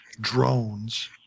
drones